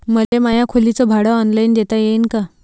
मले माया खोलीच भाड ऑनलाईन देता येईन का?